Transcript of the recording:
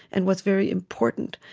and, what's very important?